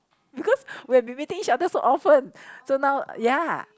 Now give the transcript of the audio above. because we have been meeting each other so often so now ya